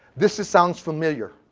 this sounds familiar,